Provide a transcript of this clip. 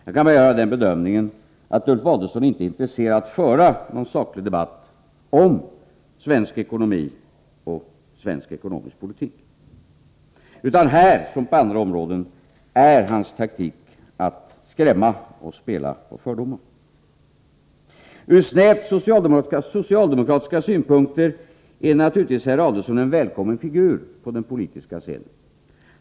Jag kan bara göra den bedömningen att Ulf Adelsohn inte är intresserad av att föra en saklig debatt om svensk ekonomi och svensk ekonomisk politik, utan här liksom på andra områden är hans främsta politiska taktik att skrämma och spela på fördomar. Från snävt socialdemokratiska synpunkter är naturligtvis herr Adelsohn en välkommen figur på den politiska scenen.